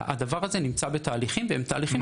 שהדבר הזה נמצא בתהליכים והם תהליכים שלוקחים זמן.